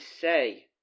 say